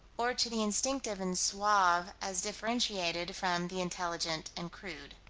or to the instinctive and suave as differentiated from the intelligent and crude.